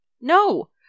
No